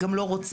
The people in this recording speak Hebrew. גם לא רוצה,